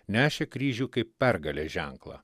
nešė kryžių kaip pergalės ženklą